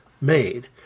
made